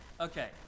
Okay